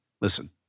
Listen